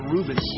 Ruben